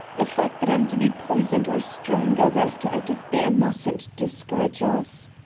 the fact that i'm to be poisoned or strangled after i get there mustn't discourage us